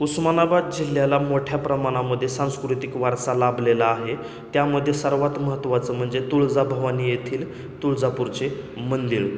उस्मानाबाद जिल्ह्याला मोठ्या प्रमाणामध्ये सांस्कृतिक वारसा लाभलेला आहे त्यामध्ये सर्वात महत्त्वाचं म्हणजे तुळजाभवानी येथील तुळजापूरचे मंदिर